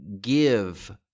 give